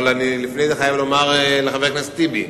אבל לפני זה אני חייב לומר לחבר הכנסת טיבי,